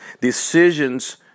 decisions